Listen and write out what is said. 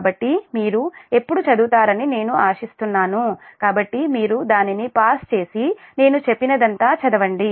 కాబట్టి మీరు ఎప్పుడు చదువుతారని నేను ఆశిస్తున్నాను కాబట్టి మీరు దానిని పాజ్ చేసి నేను చెప్పినదంతా చదవండి